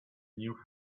new